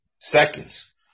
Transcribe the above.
Seconds